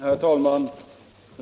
Herr talman!